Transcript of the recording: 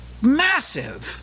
massive